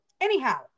anyhow